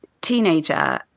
teenager